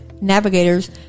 navigators